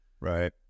right